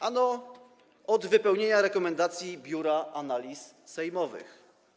Ano od wypełnienia rekomendacji Biura Analiz Sejmowych.